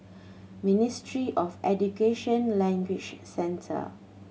Ministry of Education Language Centre